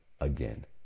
again